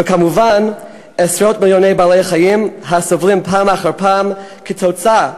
וכמובן עשרות מיליוני בעלי-חיים הסובלים פעם אחר פעם כתוצאה